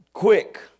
quick